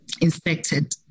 inspected